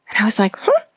and i was like, huh?